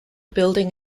building